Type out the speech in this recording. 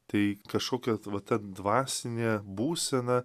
tai kašokia va ta dvasinė būsena